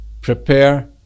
prepare